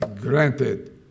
granted